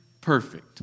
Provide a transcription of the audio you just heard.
perfect